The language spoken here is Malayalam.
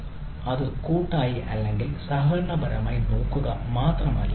അത് കൂട്ടായി അല്ലെങ്കിൽ സഹകരണപരമായി നോക്കുക മാത്രമല്ല ചെയ്യുന്നത്